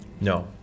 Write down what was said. No